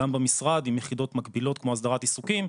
גם במשרד עם יחידות מקבילות כמו הסדרת עיסוקים,